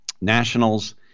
Nationals